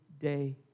day